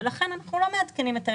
לכן אנחנו לא מעדכנים את האזרח.